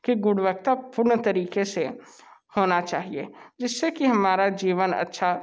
की गुणवत्ता पूर्ण तरीके से होना चाहिए जिससे कि हमारा जीवन अच्छा